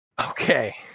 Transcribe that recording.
Okay